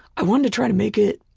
i wanted to try to make it